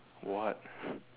what